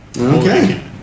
Okay